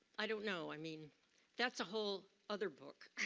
i don't know, i mean that's a whole other book.